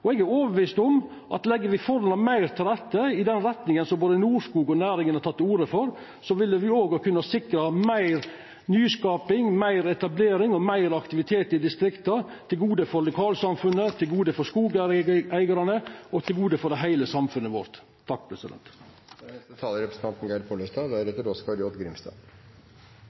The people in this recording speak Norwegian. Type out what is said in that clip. og skapa ein meirverdi både for seg sjølv og for samfunnet. Eg er overtydd om at viss me legg forholda meir til rette i den retninga som både Norskog og næringa har teke til orde for, ville me òg ha kunna sikra meir nyskaping, meir etablering og meir aktivitet i distrikta, til gode for lokalsamfunnet, til gode for skogeigarane og til gode for heile samfunnet vårt.